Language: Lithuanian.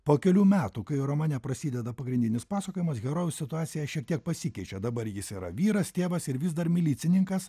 po kelių metų kai romane prasideda pagrindinis pasakojimas herojaus situacija šiek tiek pasikeičia dabar jis yra vyras tėvas ir vis dar milicininkas